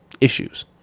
issues